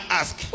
ask